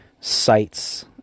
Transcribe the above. sites